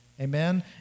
Amen